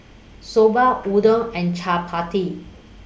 Soba Udon and Chaat Papri